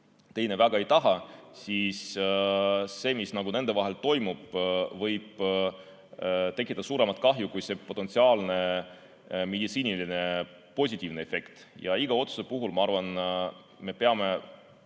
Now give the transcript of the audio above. teine väga ei taha, siis see, mis nende vahel toimub, võib tekitada suuremat kahju kui see potentsiaalne meditsiiniline positiivne efekt. Iga otsuse puhul me peame